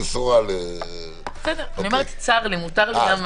אמרתי שצר לי.